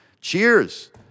cheers